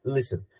Listen